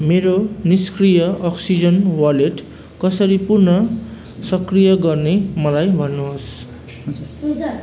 मेरो निष्क्रिय oxygen wallet कसरी पुन सक्रिय गर्ने मलाई भन्नुहोस्